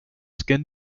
skin